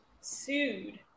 sued